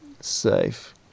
safe